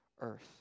earth